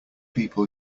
people